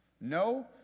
No